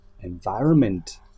environment